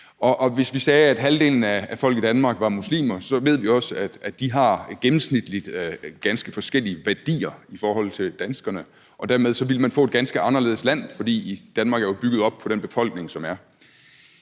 Hvis vi sagde, at halvdelen af folk i Danmark var muslimer, så ved vi også, at de gennemsnitligt har ganske forskellige værdier i forhold til danskerne, og dermed ville man få et ganske anderledes land, for Danmark er jo bygget op på den befolkning, som der